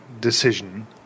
decision